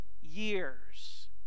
years